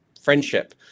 friendship